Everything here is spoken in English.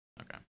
Okay